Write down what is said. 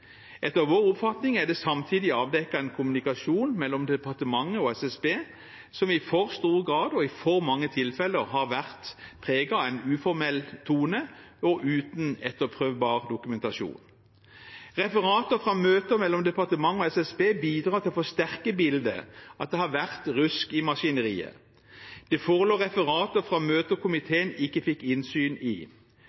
Etter vår oppfatning er det samtidig avdekket en kommunikasjon mellom departementet og SSB som i for stor grad og ved for mange tilfeller har vært preget av en uformell tone og uten etterprøvbar dokumentasjon. Referater fra møter mellom departementet og SSB bidrar til å forsterke bildet av at det har vært rusk i maskineriet. Det forelå referater fra